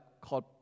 called